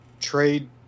trade